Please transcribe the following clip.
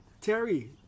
Terry